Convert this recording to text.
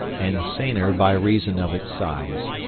and saner by reason of its size.